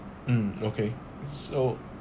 mm okay so